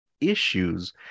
issues